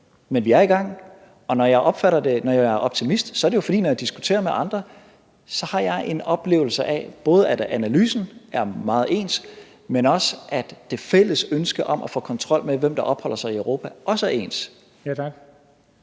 men vi er i gang, og når jeg er optimist, er det jo, fordi jeg, når jeg diskuterer det med andre, både har en oplevelse af, at analysen er meget ens, men også af, at det fælles ønske om at få kontrol med, hvem der opholder sig i Europa, er ens. Kl.